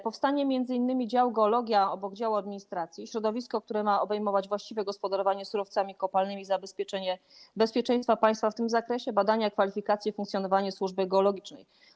Powstanie m.in. dział: geologia obok działu administracji środowisko, które ma obejmować właściwe gospodarowanie surowcami kopalnymi, zapewnienie bezpieczeństwa państwa w tym zakresie, badania, kwalifikacje, funkcjonowanie służby geologicznej.